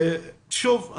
שוב,